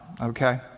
okay